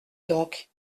donc